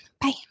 Bye